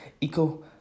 eco